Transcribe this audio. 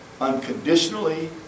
unconditionally